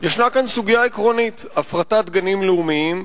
יש כאן סוגיה לאומית, הפרטת גנים לאומיים.